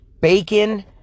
Bacon